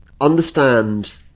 understand